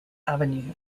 avenue